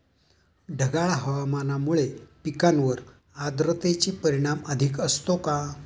ढगाळ हवामानामुळे पिकांवर आर्द्रतेचे परिणाम अधिक असतो का?